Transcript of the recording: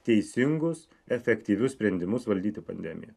teisingus efektyvius sprendimus valdyti pandemiją